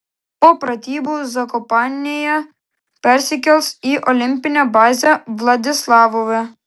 po pratybų zakopanėje persikels į olimpinę bazę vladislavove